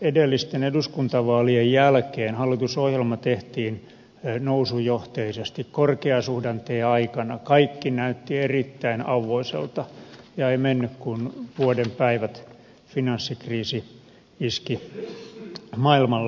edellisten eduskuntavaalien jälkeen hallitusohjelma tehtiin nousujohteisesti korkeasuhdanteen aikana kaikki näytti erittäin auvoiselta ja ei mennyt kuin vuoden päivät finanssikriisi iski maailmalla